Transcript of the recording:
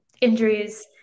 injuries